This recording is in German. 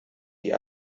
die